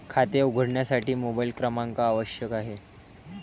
खाते उघडण्यासाठी मोबाइल क्रमांक आवश्यक आहे